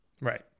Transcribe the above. right